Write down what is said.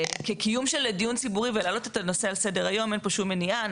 כקיום של דיון ציבורי ולהעלות את הנושא על סדר היום אין פה שום מניעה,